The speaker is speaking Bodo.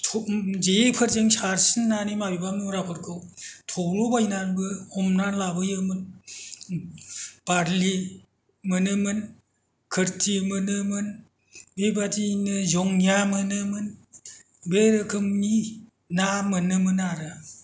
जेफोरजों सारसिननानै माबेबा मुराफोरखौ थब्ल'बायनानैबो हमनानै लाबोयोमोन बार्लि मोनोमोन खोर्थि मोनोमोन बेबादियैनो जङिया मोनोमोन बे रोखोमनि ना मोनोमोन आरो